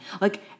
Like-